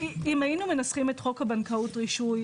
מנסחים את חוק הבנקאות (רישוי),